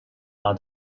are